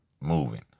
moving